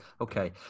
Okay